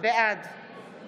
בעד